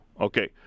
okay